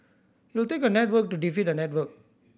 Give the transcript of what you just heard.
take a network to defeat a network